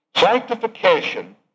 Sanctification